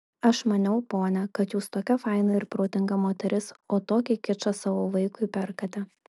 aš maniau ponia kad jūs tokia faina ir protinga moteris o tokį kičą savo vaikui perkate